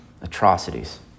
atrocities